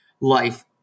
life